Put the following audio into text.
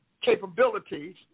capabilities